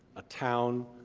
a town,